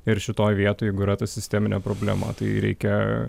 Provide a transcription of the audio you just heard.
ir šitoj vietoj jeigu yra ta sisteminė problema tai reikia